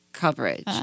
Coverage